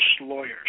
lawyers